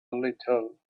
little